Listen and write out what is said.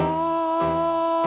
oh